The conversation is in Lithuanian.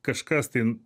kažkas tai